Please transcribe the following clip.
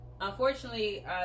unfortunately